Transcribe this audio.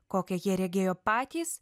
kokią jie regėjo patys